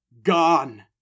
Gone